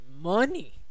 money